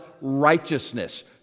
righteousness